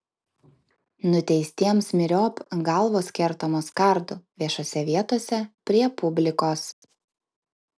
nuteistiems myriop galvos kertamos kardu viešose vietose prie publikos